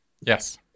Yes